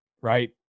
right